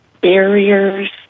barriers